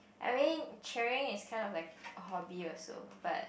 I mean cheering is kind of like hobby also but